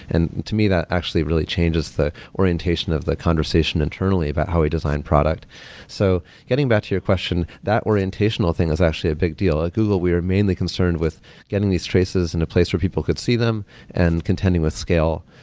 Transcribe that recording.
and to me, that actually really changes the orientation of the conversation internally about how we design product so getting back to your question, that orientational thing is actually a big deal. at google, we are mainly concerned with getting these traces in a place where people could see them and contending with scale,